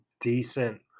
decent